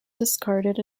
discarded